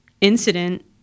incident